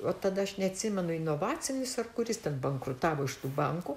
o tada aš neatsimenu inovacinis ar kuris tik bankrutavo iš tų bankų